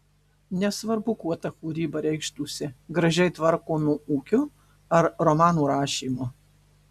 nesvarbu kuo ta kūryba reikštųsi gražiai tvarkomu ūkiu ar romanų rašymu